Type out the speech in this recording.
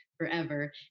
forever